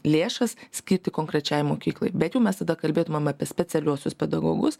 lėšas skirti konkrečiai mokyklai bet jau mes tada kalbėtumėm apie specialiuosius pedagogus